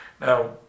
now